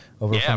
over